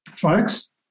Folks